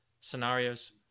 scenarios